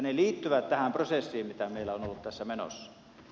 ne liittyvät tähän prosessiin mikä meillä on ollut tässä menossa